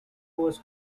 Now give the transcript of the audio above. was